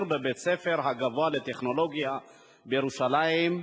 בבית-ספר הגבוה לטכנולוגיה בירושלים,